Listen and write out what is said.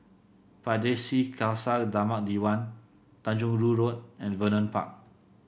Pardesi Khalsa Dharmak Diwan Tanjong Rhu Road and Vernon Park